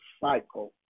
cycle